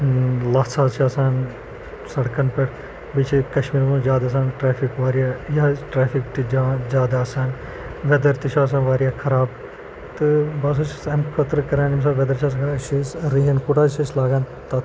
لژھ حظ چھ آسان سڑکَن پٮ۪ٹھ بیٚیہِ چھ کشمیٖر منٛز زیادٕ آسان ٹریفِک واریاہ یا ٹریفِک تہِ جا زیادٕ آسان ویدَر تہِ چھُ آسان واریاہ خراب تہٕ بہٕ ہسا چھُس امہِ خٲطرٕ ییٚمہِ سات ویدَر چھ آسان خراب أسۍ چھ حظ رین کوٹ حظ چھ أسۍ لاگان تَتھ